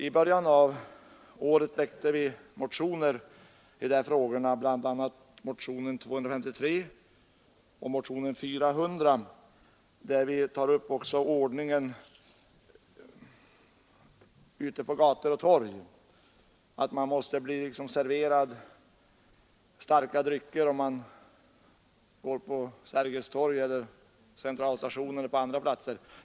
I början av året väckte vi motioner i dessa frågor, bl.a. motionerna 253 och 400. Vi tog där också upp ordningen på gator och torg, bl.a. det förhållandet att man inte kan passera Sergels Torg, centralstationen och andra offentliga platser utan att mötas av och se spåren från människors bruk av starka drycker.